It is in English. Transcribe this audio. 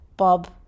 Bob